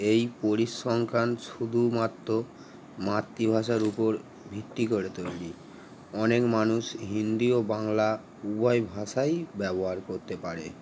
এই পরিসংখ্যান শুধুমাত্র মাতৃভাষার উপর ভিত্তি করে তৈরি অনেক মানুষ হিন্দি ও বাংলা উভয় ভাষাই ব্যবহার করতে পারে